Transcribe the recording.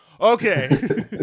Okay